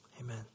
amen